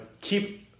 keep